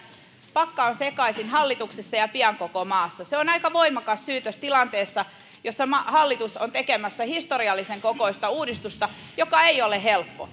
pakka on sekaisin hallituksessa ja pian koko maassa se on aika voimakas syytös tilanteessa jossa hallitus on tekemässä historiallisen kokoista uudistusta joka ei ole helppo